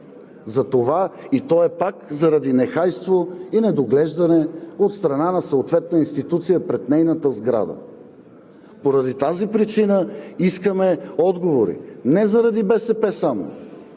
Затова и то е пак заради нехайство и недоглеждане от страна на съответна институция пред нейната сграда. Поради тази причина искаме отговори. Не заради БСП само,